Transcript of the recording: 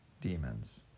demons